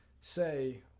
say